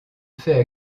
fait